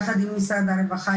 עם משרד הרווחה,